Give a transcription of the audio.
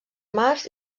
març